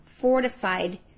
fortified